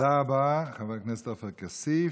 תודה רבה, חבר הכנסת עופר כסיף.